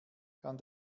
kann